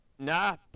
Nah